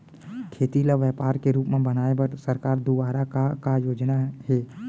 खेती ल व्यापार के रूप बनाये बर सरकार दुवारा का का योजना हे?